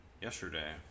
yesterday